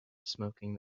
smoking